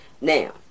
Now